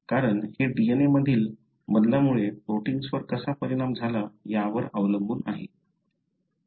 कारण हे DNA मधील बदलामुळे प्रोटिन्सवर कसा परिणाम झाला यावर अवलंबून आहे